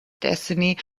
destiny